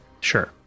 Sure